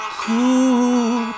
cool